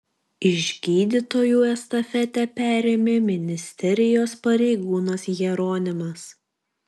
iš gydytojų estafetę perėmė ministerijos pareigūnas jeronimas